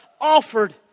Offered